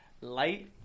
light